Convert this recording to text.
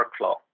workflow